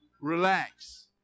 Relax